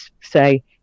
say